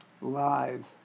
live